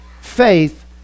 faith